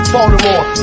Baltimore